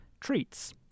treats